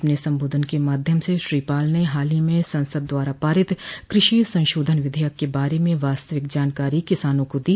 अपने सम्बोधन के माध्यम से श्री पाल ने हाल ही में संसद द्वारा पारित कृषि संशोधन विधेयक के बारे में वास्तविक जानकारी किसानों को दी